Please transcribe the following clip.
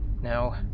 Now